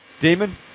Demon